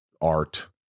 art